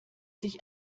sich